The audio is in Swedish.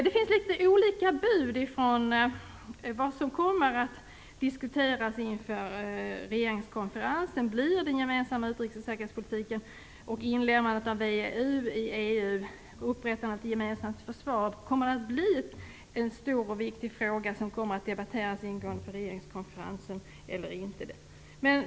Det finns litet olika bud om vad som kommer att diskuteras inför regeringskonferensen. Kommer den gemensamma utrikes och säkerhetspolitiken, inlemmandet av VEU i EU och upprättandet av ett gemensamt försvar att bli en stor och viktig fråga, som kommer att debatteras ingående på regeringskonferensen eller inte?